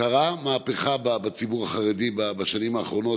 קרתה מהפכה בציבור החרדי בשנים האחרונות.